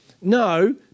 No